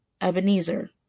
Ebenezer